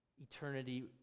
eternity